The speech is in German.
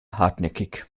hartnäckig